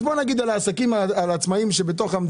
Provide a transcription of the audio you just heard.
אז בוא נגיד על העצמאיים במדינה,